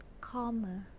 calmer